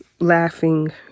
laughing